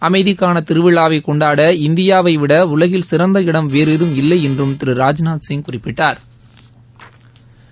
அமைதிக்கான திருவிழாவைக் கொண்டாட இந்தியாவைவிட உலகில் சிறந்த இடம் வேறு ஏதும் இல்லை என்றும் திரு ராஜ்நாத் சிங் குறிப்பிட்டாா்